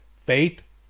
Faith